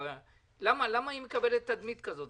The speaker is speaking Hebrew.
למה היא מקבלת תדמית כזאת?